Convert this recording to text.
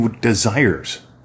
desires